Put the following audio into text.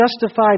justified